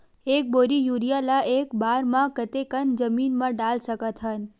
एक बोरी यूरिया ल एक बार म कते कन जमीन म डाल सकत हन?